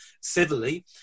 civilly